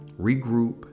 regroup